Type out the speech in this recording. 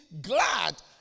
glad